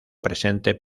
presente